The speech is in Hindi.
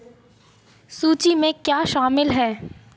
सूची में क्या शामिल है